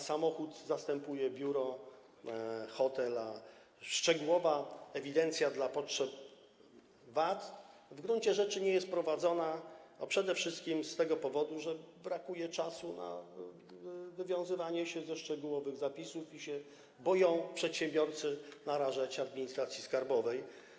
Samochód zastępuje biuro, hotel, a szczegółowa ewidencja na potrzeby VAT w gruncie rzeczy nie jest prowadzona przede wszystkim z tego powodu, że przedsiębiorcom brakuje czasu na wywiązywanie się ze szczegółowych zapisów, a boją się oni narażać administracji skarbowej.